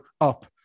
up